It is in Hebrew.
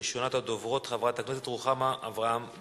ראשונת הדוברים, חברת הכנסת רוחמה אברהם-בלילא,